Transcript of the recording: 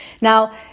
Now